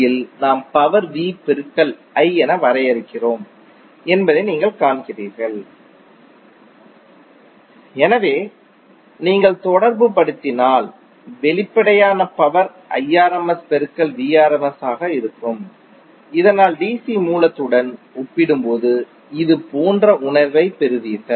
யில் நாம் power v பெருக்கல் i என வரையறுக்கிறோம் என்பதை நீங்கள் காண்கிறீர்கள் எனவே நீங்கள் தொடர்புபடுத்தினால் வெளிப்படையான பவர் Irms பெருக்கல் Vrms ஆக இருக்கும் இதனால் DC மூலத்துடன் ஒப்பிடும்போது இதுபோன்ற உணர்வைப் பெறுவீர்கள்